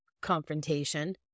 confrontation